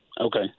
okay